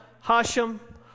Hashem